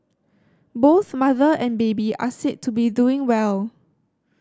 both mother and baby are said to be doing well